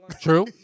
True